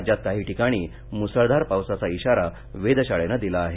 राज्यात काही ठिकाणी मुसळधार पावसाचा इशारा वेधशाळेनं दिला आहे